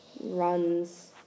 runs